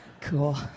cool